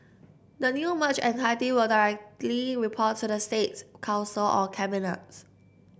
the new merged entity will directly report to the States Council or cabinets